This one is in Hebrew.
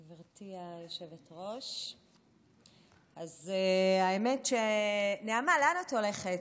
גברתי היושבת-ראש, האמת, נעמה, לאן את הולכת?